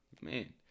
Man